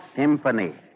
symphony